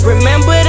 Remember